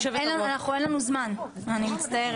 אין לנו זמן, אני מצטערת.